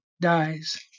dies